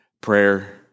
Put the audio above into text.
prayer